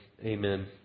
Amen